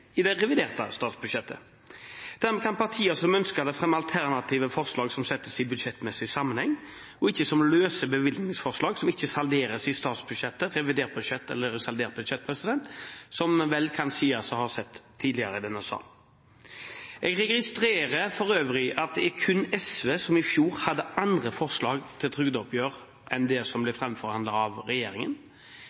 i det reviderte statsbudsjettet. Dermed kan partier som ønsker det, fremme alternative forslag som settes i budsjettmessig sammenheng, og ikke som løse bevilgningsforslag, som ikke salderes i statsbudsjettet, i revidert budsjett eller i saldert budsjett, som det vel kan sies vi har sett tidligere i denne salen. Jeg registrerer for øvrig at det kun var SV som i fjor hadde andre forslag til trygdeoppgjør enn det som ble framforhandlet av regjeringen.